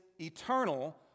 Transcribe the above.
eternal